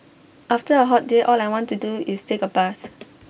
after A hot day all I want to do is take A bath